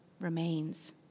remains